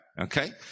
Okay